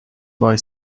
boy